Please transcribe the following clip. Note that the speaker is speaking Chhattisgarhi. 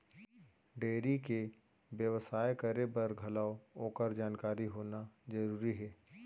डेयरी के बेवसाय करे बर घलौ ओकर जानकारी होना जरूरी हे